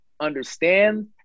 understand